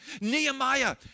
Nehemiah